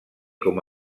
com